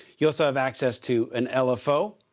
you also have access to an lfo.